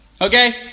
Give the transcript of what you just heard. Okay